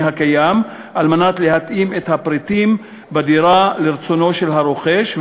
הקיים כדי להתאים את הפריטים בדירה לרצונו של הרוכש,